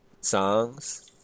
songs